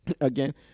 again